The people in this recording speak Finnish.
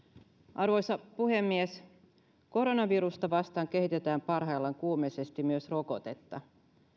arvoisa puhemies koronavirusta vastaan kehitetään parhaillaan kuumeisesti myös rokotetta